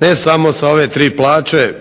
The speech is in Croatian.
ne samo sa ove tri plaće